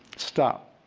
stop.